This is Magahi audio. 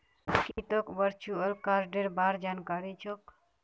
की तोक वर्चुअल कार्डेर बार जानकारी छोक